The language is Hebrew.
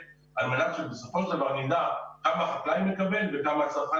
על מנת שבסופו של דבר נדע כמה החקלאי מקבל וכמה הצרכן